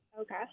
Okay